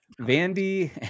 Vandy